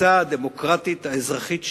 בתפיסה הדמוקרטית האזרחית שלי,